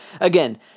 again